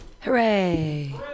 Hooray